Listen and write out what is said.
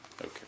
Okay